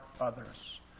others